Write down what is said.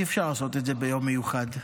אי-אפשר לעשות את זה ביום מיוחד.